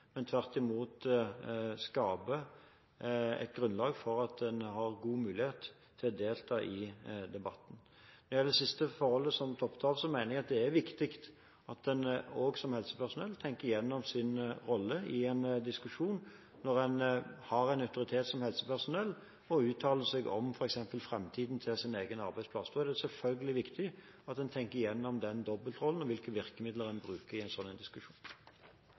men tvert i mot skaper et grunnlag for at en har god mulighet til å delta i debatten. Når det gjelder det siste forholdet som Toppe tok opp, mener jeg det er viktig at en også som helsepersonell tenker gjennom sin rolle i en diskusjon. Når en har en autoritet som helsepersonell og f.eks. uttaler seg om framtiden til sin egen arbeidsplass, er det selvfølgelig viktig at en tenker gjennom den dobbeltrollen og hvilke virkemidler en vil bruke i en slik diskusjon. Jeg vil takke representanten Toppe for å ta opp en